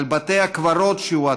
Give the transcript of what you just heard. על בתי הקברות שהועתקו,